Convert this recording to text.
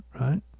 right